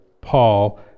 Paul